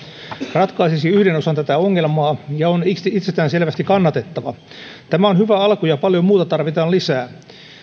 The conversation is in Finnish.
ratkaisisi yhden osan tätä ongelmaa ja on itsestäänselvästi kannatettava tämä on hyvä alku ja paljon muuta tarvitaan lisää